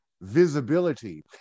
visibility